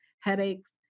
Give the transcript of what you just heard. headaches